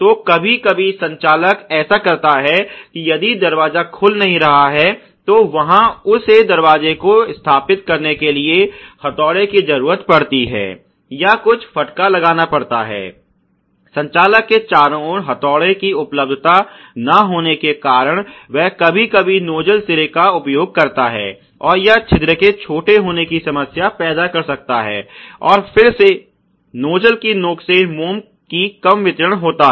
तो कभी कभी संचालक ऐसा करता है कि यदि दरवाजा खुल नहीं रहा है तो वहां उसे दरवाजे को वापस स्थापित करने के लिए हथौड़े की जरूरत पड़ती है या कुछ फटका लगाना पड़ता है संचालक के चारों ओर हथौड़ा की उपलब्धता न होने के कारण वह कभी कभी नोज्जल सिरे का उपयोग करता है और यह छिद्र के छोटे होने की समस्या पैदा कर सकता है और फिर से नोज्जल की नोक से मोम की कम वितरण होता है